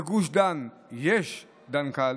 לגוש דן יש דנקל,